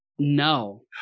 No